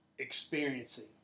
experiencing